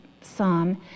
psalm